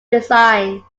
design